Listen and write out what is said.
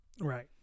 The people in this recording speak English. right